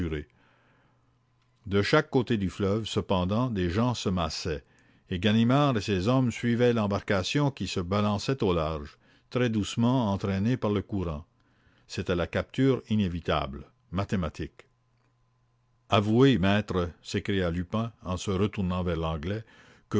de chaque côté du fleuve cependant des gens s'étaient amassés et ganimard et ses hommes suivaient l'embarcation qui se balançait au large très doucement entraînée par le courant j'ai une question à vous poser maître s'écria lupin en se retournant vers l'anglais